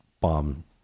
bomb